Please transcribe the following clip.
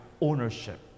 ownership